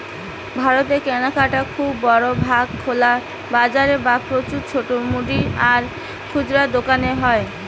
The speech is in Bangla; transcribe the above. ভারতের কেনাকাটা খুব বড় ভাগ খোলা বাজারে বা প্রচুর ছোট মুদি আর খুচরা দোকানে হয়